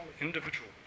individual